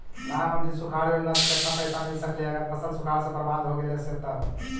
प्रधानमंत्री सुखाड़ योजना से केतना पैसा मिल सकले हे अगर फसल सुखाड़ से बर्बाद हो गेले से तब?